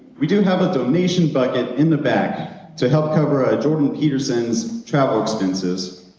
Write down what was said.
we do have a donation bucket in the back to help cover ah jordan peterson's travel expenses,